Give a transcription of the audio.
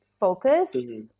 Focus